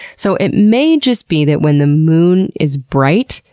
so it may just be that when the moon is bright,